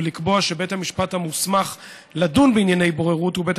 ולקבוע שבית המשפט המוסמך לדון בענייני בוררות הוא בית